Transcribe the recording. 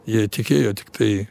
jie tikėjo tiktai